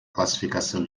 classificação